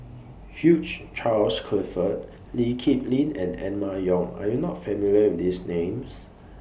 Hugh Charles Clifford Lee Kip Lin and Emma Yong Are YOU not familiar with These Names